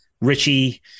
Richie